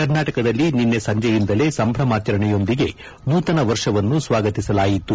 ಕರ್ನಾಟಕದಲ್ಲಿ ನಿನ್ನೆ ಸಂಜೆಯಿಂದಲೇ ಸಂಭ್ರಮಾಚರಣೆಯೊಂದಿಗೆ ನೂತನ ವರ್ಷವನ್ನು ಸ್ವಾಗತಿಸಲಾಯಿತು